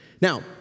Now